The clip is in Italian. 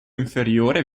inferiore